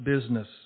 business